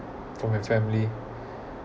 from my family